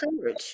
courage